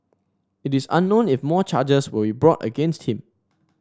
it is unknown if more charges will be brought against him